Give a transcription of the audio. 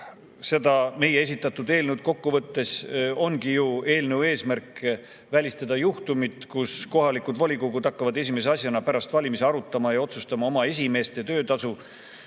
meie esitatud eelnõu kokku võtta, siis on eesmärk välistada juhtumid, kus kohalikud volikogud hakkavad esimese asjana pärast valimisi arutama ja otsustama oma [juhtide] töötasu